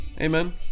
Amen